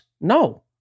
No